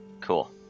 Cool